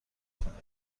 کنید